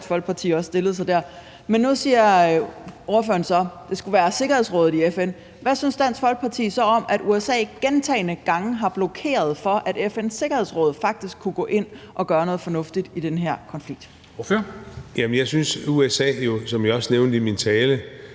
Folkeparti også stillede sig der. Men nu siger ordføreren så, at det skulle være FN's Sikkerhedsråd. Hvad synes Dansk Folkeparti så om, at USA gentagne gange har blokeret for, at FN's Sikkerhedsråd faktisk kunne gå ind og gøre noget fornuftigt i den her konflikt? Kl. 13:54 Formanden (Henrik Dam